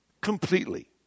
completely